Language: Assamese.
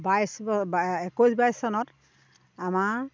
বাইছ একৈছ বাইছ চনত আমাৰ